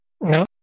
No